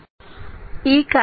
ഈ കറന്റ് 2